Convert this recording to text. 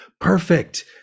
perfect